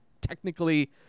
technically